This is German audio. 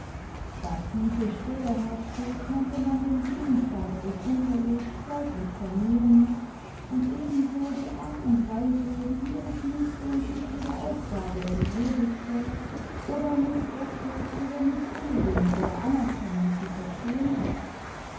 da tiefe stille herrschte konnte man den gegenstand des unterrichts deutlich vernehmen und ebenso die art und weise wie jedes mädchen sich ihrer aufgabe entledigte oder miß scatcherd ihre mißbilligung oder anerkennung zu verstehen gab